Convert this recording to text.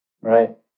Right